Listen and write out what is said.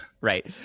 right